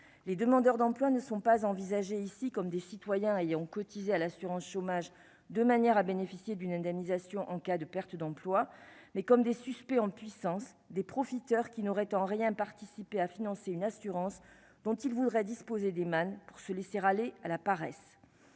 les demandeurs d'emploi ne sont pas envisagées ici comme des citoyens ayant cotisé à l'assurance chômage, de manière à bénéficier d'une indemnisation en cas de perte d'emploi, mais comme des suspects en puissance des profiteurs qui n'aurait en rien participer à financer une assurance dont ils voudraient disposer des pour se laisser râler à la paresse,